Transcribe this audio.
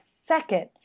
second